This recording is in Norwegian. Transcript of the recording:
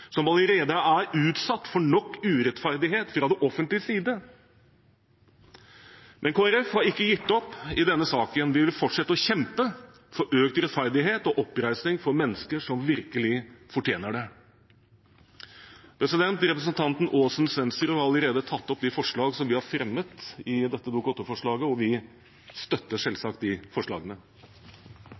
som allerede er utsatt for nok urettferdighet fra det offentliges side. Kristelig Folkeparti har ikke gitt opp i denne saken. Vi vil fortsette å kjempe for økt rettferdighet og oppreisning for mennesker som virkelig fortjener det. Representanten Aasen-Svensrud har allerede tatt opp de forslagene vi har fremmet i dette Dokument 8-forslaget, og vi støtter selvsagt de forslagene.